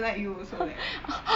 I don't like you also leh